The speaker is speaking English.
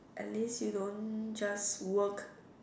at least you don't just work